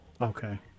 Okay